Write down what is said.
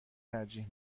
ترجیح